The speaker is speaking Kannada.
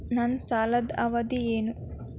ನನ್ನ ಸಾಲದ ಅವಧಿ ಏನು?